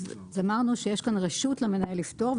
אז אמרנו שיש כאן רשות למנהל לפטור,